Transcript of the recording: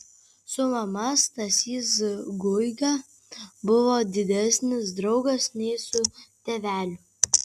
su mama stasys guiga buvo didesnis draugas nei su tėveliu